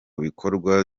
bikorwa